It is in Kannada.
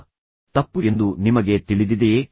ನೈತಿಕವಾಗಿ ಯಾವುದು ಸರಿ ಅಥವಾ ತಪ್ಪು ಎಂದು ನಿಮಗೆ ತಿಳಿದಿದೆಯೇ